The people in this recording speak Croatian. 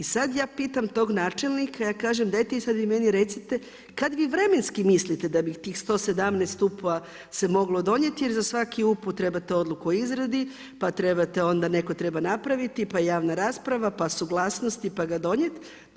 I sada ja pitam tog načelnika, ja kažem dajte vi sada meni recite kada vi vremenski mislite da bi tih 117 UPU-a se moglo donijeti jer za svaki UPU trebate odluku o izradi, pa trebate, onda netko treba napraviti, pa javna rasprava, pa suglasnosti, pa ga donijeti.